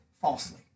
falsely